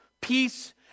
peace